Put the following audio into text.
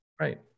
Right